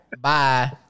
Bye